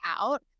out